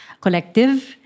collective